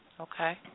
okay